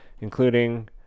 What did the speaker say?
including